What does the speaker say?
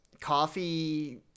coffee